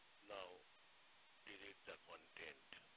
now delete content